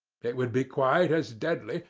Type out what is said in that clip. it would be quite as deadly,